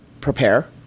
prepare